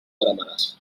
veremaràs